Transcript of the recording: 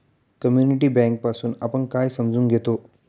Community bank पासुन आपण काय समजून घेतो?